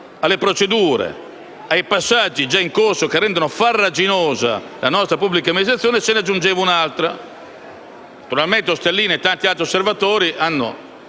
alle procedure, ai passaggi già in corso che rendono farraginosa la nostra pubblica amministrazione se ne aggiungeva un altro. Naturalmente Ostellino e tanti altri osservatori hanno